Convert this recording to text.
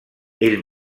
ell